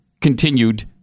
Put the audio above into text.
continued